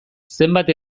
zenbat